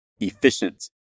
Efficient